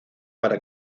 para